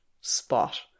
Spot